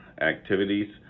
activities